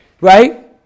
Right